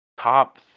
top